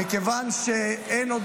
בוא